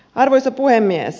arvoisa puhemies